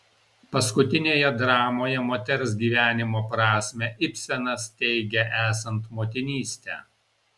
paskutinėje dramoje moters gyvenimo prasmę ibsenas teigia esant motinystę